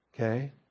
Okay